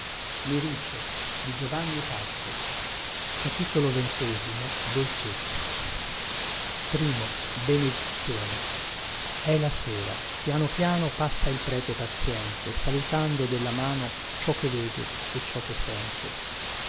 una lanosa foglia molle di gomma e la sera piano piano passa il prete pazïente salutando della mano ciò che vede e ciò che sente